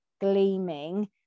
gleaming